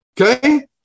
okay